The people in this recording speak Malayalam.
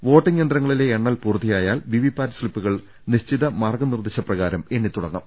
വോട്ടിംഗ് യന്ത്രങ്ങളിലെ എണ്ണൽ പൂർത്തിയായാൽ വിവി പാറ്റ് സ്ലിപ്പുകൾ നിശ്ചിത മാർഗ്ഗനിർദ്ദേശ പ്രകാരം എണ്ണിത്തുടങ്ങും